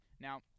Now